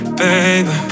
baby